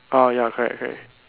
orh ya correct correct